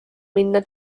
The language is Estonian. minna